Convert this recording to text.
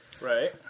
Right